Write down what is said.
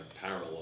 parallel